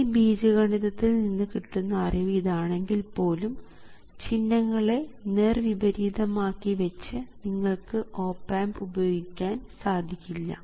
ഈ ബീജഗണിതത്തിൽ നിന്ന് കിട്ടുന്ന അറിവ് ഇതാണെങ്കിൽ പോലും ചിഹ്നങ്ങളെ നേർവിപരീതം ആക്കി വെച്ച് നിങ്ങൾക്ക് ഓപ് ആമ്പ് ഉപയോഗിക്കാൻ സാധിക്കില്ല